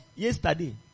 yesterday